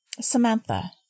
Samantha